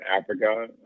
africa